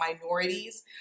minorities